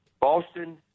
Boston